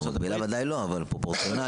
מקבילה בוודאי לא, אבל פרופורציונלית.